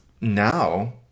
now